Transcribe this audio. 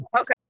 Okay